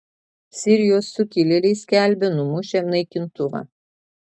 sirijos sukilėliai skelbia numušę naikintuvą